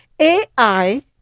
AI